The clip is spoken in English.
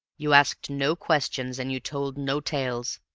you asked no questions and you told no tales.